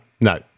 no